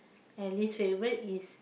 and least favourite is